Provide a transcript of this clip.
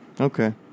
Okay